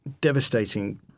devastating